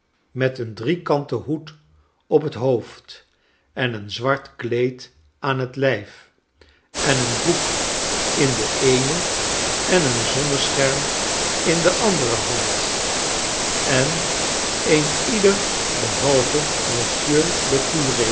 met een driekanten hoed op het hoofd en een zwart kleed aan het lijf en een boek in de eene en een zonnescherm in de andere hand en een ieder behalve monsieur